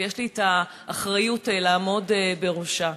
ויש לי האחריות לעמוד בראשה.